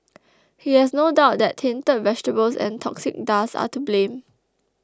he has no doubt that tainted vegetables and toxic dust are to blame